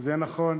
וזה נכון,